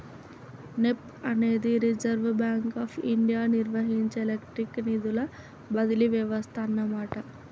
NEFT అనేది Reserve Bank of India నిర్వహించే electronic నిధుల బదిలీ వ్యవస్థ అన్నమాట